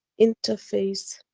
interface,